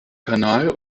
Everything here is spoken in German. kanal